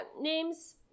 Names